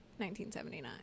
1979